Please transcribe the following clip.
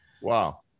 Wow